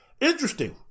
Interesting